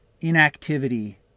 inactivity